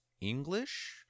English